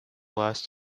last